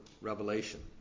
Revelation